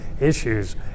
issues